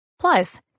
Plus